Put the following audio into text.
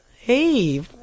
Hey